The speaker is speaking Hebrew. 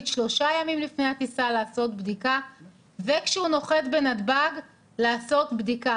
שלושה ימים לפני הטיסה לעשות בדיקה וכשהוא נוחת בנתב"ג לעשות בדיקה.